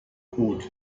code